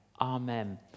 Amen